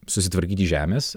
susitvarkyti žemės